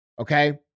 Okay